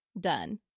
done